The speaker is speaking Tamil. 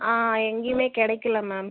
ஆ எங்கேயுமே கிடைக்கல மேம்